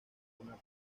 una